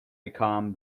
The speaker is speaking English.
become